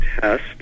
test